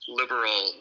liberal